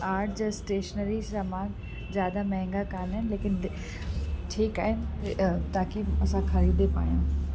art जा stationery सामान ज्यादा महांगा कान आहिनि लेकिन ठीकु आहे ताकी असां ख़रीदे पायूं